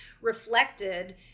reflected